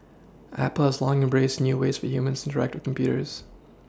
Apple has long embraced new ways for humans interact the computers